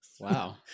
Wow